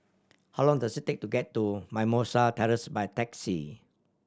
how long does it take to get to Mimosa Terrace by taxi